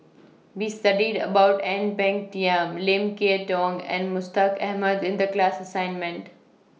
We studied about Ang Peng Tiam Lim Kay Tong and Mustaq Ahmad in The class assignment